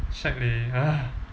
shag leh